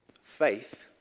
faith